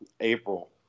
april